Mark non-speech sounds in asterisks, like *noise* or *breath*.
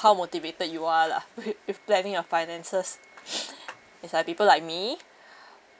how motivated you are lah wi~ with planning your finances *breath* if like people like me